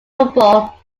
football